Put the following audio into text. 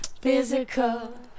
Physical